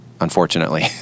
unfortunately